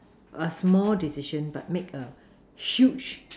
a small decision but make a huge